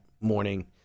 morning